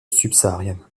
subsaharienne